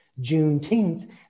Juneteenth